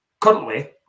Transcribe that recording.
currently